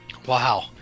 Wow